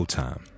time